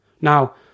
Now